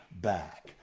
back